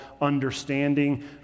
understanding